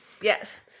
Yes